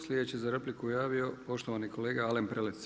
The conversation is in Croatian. Sljedeću za repliku se javio poštovani kolega Alen Prelec.